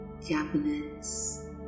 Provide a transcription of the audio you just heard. cabinets